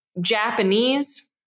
japanese